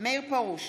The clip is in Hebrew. מאיר פרוש,